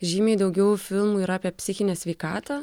žymiai daugiau filmų yra apie psichinę sveikatą